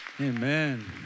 Amen